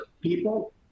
people